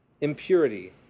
Impurity